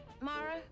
Mara